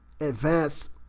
advance